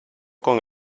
con